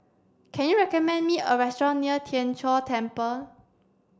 can you recommend me a restaurant near Tien Chor Temple